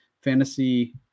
fantasy